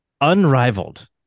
Unrivaled